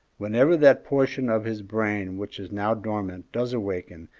whenever that portion of his brain which is now dormant does awaken,